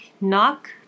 knock